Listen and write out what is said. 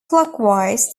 clockwise